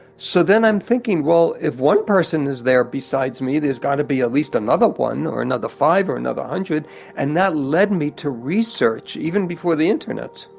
so then i'm thinking, well if one person is there besides me, there's got to be at least another one or another five or another hundred and that lead me to research, even before the internet,